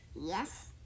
Yes